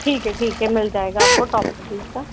ठीक है ठीक है मिल जाएगा आपको टॉप मॉडल इसका